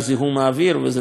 וזה נתון מזעזע,